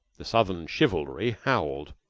the southern chivalry howled,